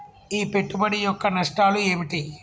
ఈ పెట్టుబడి యొక్క నష్టాలు ఏమిటి?